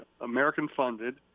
American-funded